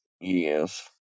Yes